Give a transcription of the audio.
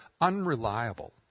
unreliable